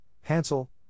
Hansel